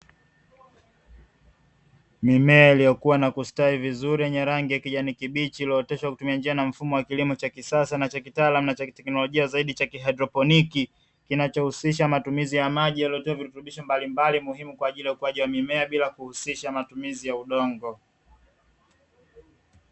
Mimea iliyokuwa na kustawi vizuri yenye rangi ya kijani kibichi ulioteshwa kutumia njia na mfumo wa kilimo cha kisasa na cha kitaalamu na teknolojia zaidi cha kihaidroponiki, kinachohusisha matumizi ya maji yaliyo virutubisho mbalimbali muhimu kwa ajili ya ukuaji wa mimea bila kuhusisha matumizi ya udongo.